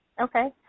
Okay